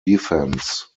defense